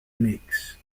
mix